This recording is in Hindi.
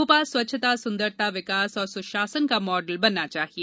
भोपाल स्वच्छता सुंदरता विकास और सुशासन का मॉडल बनना चाहिए